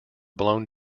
blown